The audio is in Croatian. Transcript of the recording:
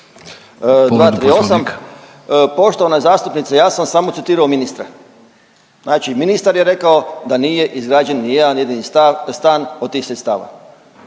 Poštovana zastupnice ja sam samo citirao ministra. Znači ministar je rekao da nije izgrađen ni jedan jedini stan od tih sredstava.